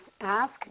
ask